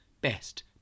best